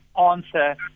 answer